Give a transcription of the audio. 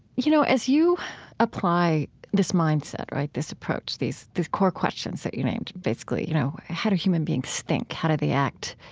you know, as you apply this mindset, right, this approach, these core questions that you named basically, you know, how do human beings think, how do they act,